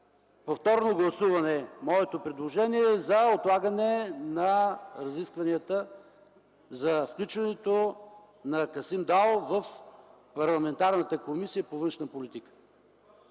повторно гласуване моето предложение за отлагане на разискванията за включването на Касим Дал в парламентарната Комисия по външна политика.